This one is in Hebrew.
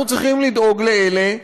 אנחנו צריכים לדאוג לאלה,